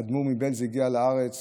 האדמו"ר מבעלז הגיע לארץ